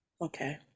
Okay